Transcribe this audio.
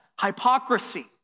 hypocrisy